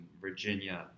Virginia